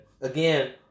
again